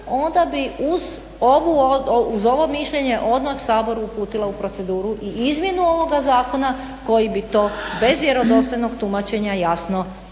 onda bi uz ovo mišljenje odmah u Sabor uputila proceduru i izmjenu ovoga zakona koji bi to bez vjerodostojnog tumačenja jasno